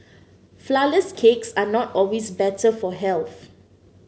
flourless cakes are not always better for health